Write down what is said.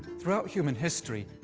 throughout human history,